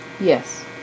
Yes